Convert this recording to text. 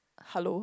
hello